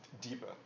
deeper